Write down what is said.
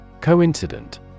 Coincident